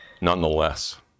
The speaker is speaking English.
Nonetheless